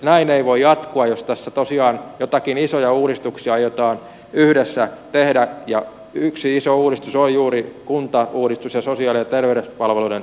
näin ei voi jatkua jos tässä tosiaan joitakin isoja uudistuksia aiotaan yhdessä tehdä ja yksi iso uudistus on juuri kuntauudistus ja sosiaali ja terveyspalveluiden uudistaminen